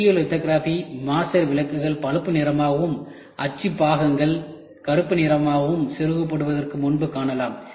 stereolithography master விளக்குகள் பழுப்பு நிறமாகவும் அச்சு பாகங்கள் கருப்பு நிறமாகவும் செருகப்படுவதற்கு முன்பு காணலாம்